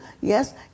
yes